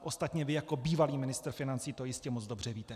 Ostatně vy jako bývalý ministr financí to jistě moc dobře víte.